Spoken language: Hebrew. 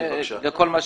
כן, בבקשה.